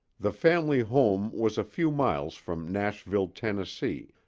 the family home was a few miles from nashville, tennessee,